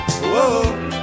whoa